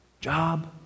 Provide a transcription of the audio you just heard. job